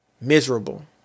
Miserable